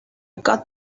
got